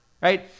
right